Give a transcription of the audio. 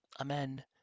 Amen